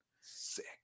sick